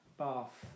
bath